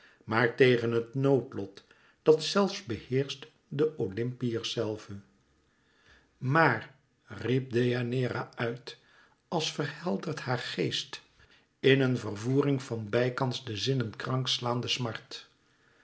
maar tegen het noodlot dat zelfs beheerscht de oympiërs zelve maar riep deianeira uit als verhelderd haar geest in een vervoering van bijkans de zinnen krank slaande smart